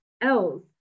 else